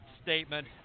Statement